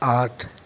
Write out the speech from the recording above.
آٹھ